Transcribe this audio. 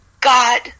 God